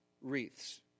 wreaths